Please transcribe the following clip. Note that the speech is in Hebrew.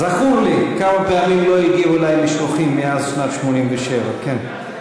זכור לי כמה פעמים לא הגיעו אלי משלוחים מאז שנת 1987. כן.